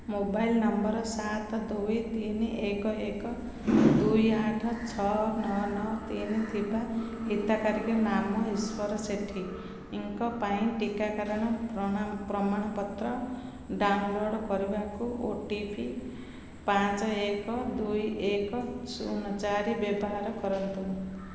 mobile number ସାତ ଦୁଇ ତିନି ଏକ ଏକ ଦୁଇ ଆଠ ଛଅ ନଅ ନଅ ତିନି ଥିବା ହିତାଧିକାରୀ ନାମ ଈଶ୍ୱର ସେଠୀଙ୍କ ପାଇଁ ଟିକାକରଣର ପ୍ରମାଣପତ୍ର ଡାଉନଲୋଡ଼୍ କରିବାକୁ ଓ ଟି ପି ପାଞ୍ଚ ଏକ ଦୁଇ ଏକ ଶୂନ ଚାରି ବ୍ୟବହାର କରନ୍ତୁ